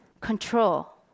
control